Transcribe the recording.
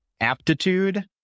aptitude